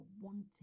wanting